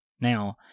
Now